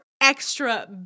extra